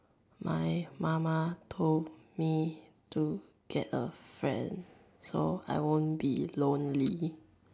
my mama told me to get a friend so I won't be lonely